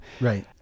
Right